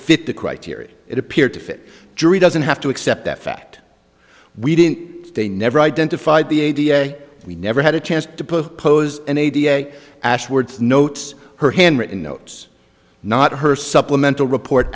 fit the criteria it appeared to fit jury doesn't have to accept that fact we didn't they never identified the a da we never had a chance to put pose in a da ashworth notes her handwritten notes not her supplemental report